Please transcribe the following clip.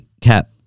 cap